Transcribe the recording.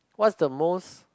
what's the most